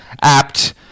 apt